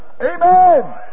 Amen